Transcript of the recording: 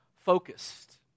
Focused